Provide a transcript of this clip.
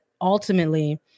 ultimately